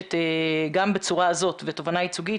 נדרשת גם בצורה הזאת ותובענה ייצוגית